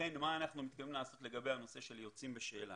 מה אנחנו מתכוונים לעשות לגבי הנושא של יוצאים בשאלה,